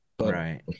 Right